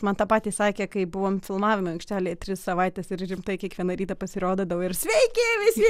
man tą patį sakė kai buvom filmavimo aikštelėj tris savaites ir rimtai kiekvieną rytą pasirodydavau ir sveiki visi